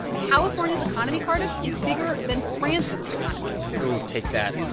california's economy, cardiff, is bigger than france's economy oh, take that.